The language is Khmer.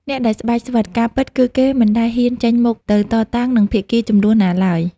អ្នកដែលស្បែកស្វិត ការពិត គឺគេមិនដែលហ៊ានចេញមុខទៅតតាំងនឹងភាគីជម្លោះណាឡើយ។